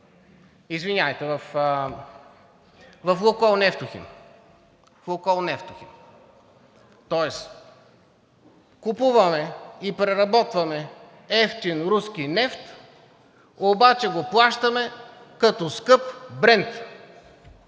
нефт в „Лукойл Нефтохим“. Тоест купуваме и преработваме евтин руски нефт, обаче го плащаме като скъп Брент.